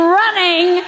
running